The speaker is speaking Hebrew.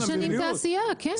על השבע שנים תעשייה, כן.